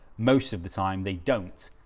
most of the time they don't